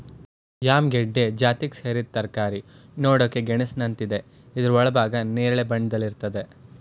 yam ಗೆಡ್ಡೆ ಜಾತಿಗ್ ಸೇರಿದ್ ತರಕಾರಿ ನೋಡಕೆ ಗೆಣಸಿನಂತಿದೆ ಇದ್ರ ಒಳಭಾಗ ನೇರಳೆ ಬಣ್ಣದಲ್ಲಿರ್ತದೆ